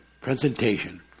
presentation